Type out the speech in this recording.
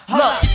look